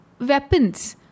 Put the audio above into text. weapons